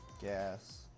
gas